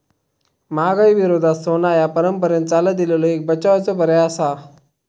महागाई विरोधात सोना ह्या परंपरेन चालत इलेलो एक बचावाचो पर्याय आसा